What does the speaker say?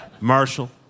Marshall